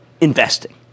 investing